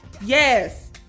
Yes